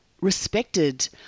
respected